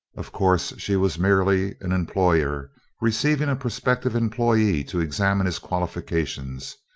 of course she was merely an employer receiving a prospective employee to examine his qualifications,